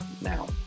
now